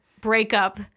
breakup